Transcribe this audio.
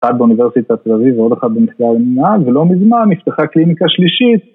‫אחד באוניברסיטת תל אביב ‫ועוד אחד במחקר המנהל, ‫ולא מזמן, נפתחה קליניקה שלישית.